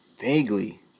Vaguely